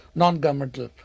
non-governmental